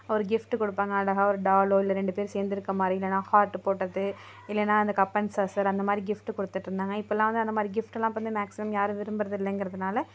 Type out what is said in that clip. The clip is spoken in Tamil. ஒரு கிஃப்ட் கொடுப்பாங்க அழகாக ஒரு டாலோ இல்ல ரெண்டு பேர் சேர்ந்திருக்க மாதிரி இல்லைனா ஹாட் போட்டது இல்லைனா அந்த கப்பன் சாசர் அந்த மாரி கிஃப்ட் கொடுத்துட்ருந்தாங்க இப்போலாம் வந்து அந்த மாதிரி கிஃப்ட்டெலாம் வந்து மேக்ஸிமம் யாரும் விரும்பறது இல்லேங்கிறதுனால